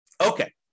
Okay